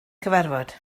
cyfarfod